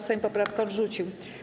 Sejm poprawkę odrzucił.